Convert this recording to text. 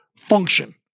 function